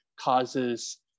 causes